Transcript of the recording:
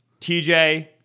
tj